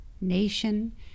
nation